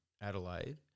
Adelaide